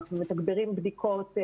מתגברים בדיקות,